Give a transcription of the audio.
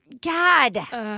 God